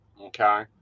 Okay